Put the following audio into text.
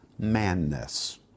manness